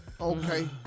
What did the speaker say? okay